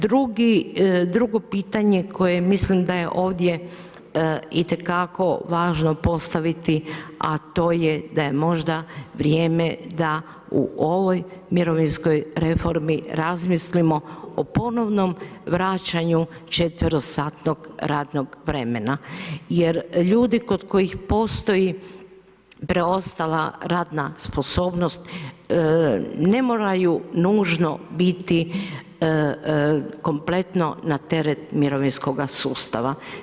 Drugo pitanje koje mislim da je ovdje itekako važno postaviti, a to je da je možda vrijeme da u ovoj mirovinskoj reformi razmislimo o ponovnom vraćanju četverosatnog radnog vremena jer ljudi kod kojih postoji preostala radna sposobnost ne moraju nužno biti kompletno na teret mirovinskoga sustava.